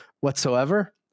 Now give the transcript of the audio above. whatsoever